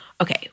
Okay